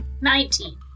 Nineteen